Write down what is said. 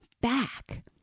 back